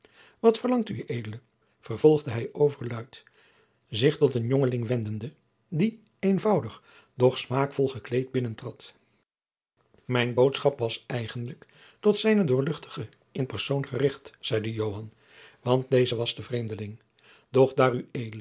wat verlangt ued vervolgde hij overluid zich tot een jongeling wendende die eenvoudig doch smaakvol gekleed binnentrad mijne boodschap was eigenlijk aan zijne doorl in persoon gericht zeide joan want deze was de vreemdeling doch daar ued